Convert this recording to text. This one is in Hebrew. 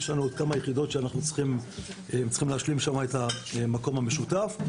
יש לנו עוד כמה יחידות שאנחנו צריכים להשלים שם את המקום המשותף.